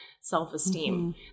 self-esteem